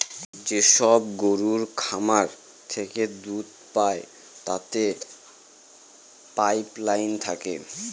যেসব গরুর খামার থেকে দুধ পায় তাতে পাইপ লাইন থাকে